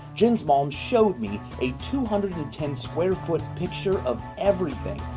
jensmalm showed me a two hundred and ten square foot picture of everything.